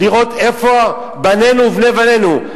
לראות איפה בנינו ובני בנינו,